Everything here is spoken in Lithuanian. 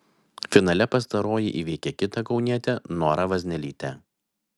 finale pastaroji įveikė kitą kaunietę norą vaznelytę